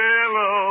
Hello